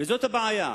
וזו הבעיה.